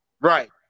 Right